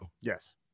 Yes